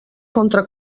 contra